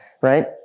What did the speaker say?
right